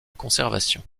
conservation